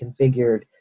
configured